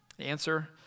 answer